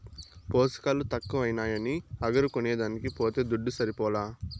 పోసకాలు తక్కువైనాయని అగరు కొనేదానికి పోతే దుడ్డు సరిపోలా